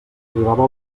arribava